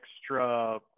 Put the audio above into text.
extra